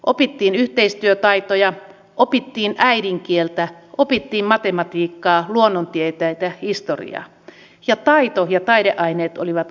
opittiin yhteistyötaitoja opittiin äidinkieltä opittiin matematiikkaa luonnontieteitä ja historiaa ja taito ja taideaineet olivat arvossaan